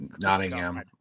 Nottingham